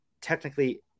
technically